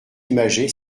imagée